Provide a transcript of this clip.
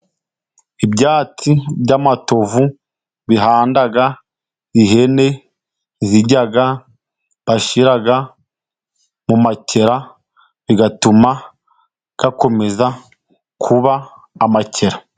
Ibyatsi by'amatovu bihanda ihene zirya bashyira mu makera, bigatuma akomeza kuba amakera.